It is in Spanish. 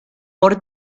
por